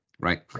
right